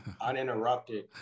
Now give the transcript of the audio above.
uninterrupted